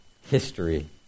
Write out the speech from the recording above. history